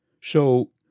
So